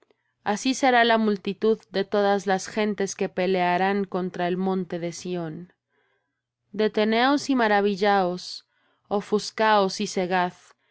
así será la multitud de todas las gentes que pelearán contra el monte de sión deteneos y maravillaos ofuscaos y cegad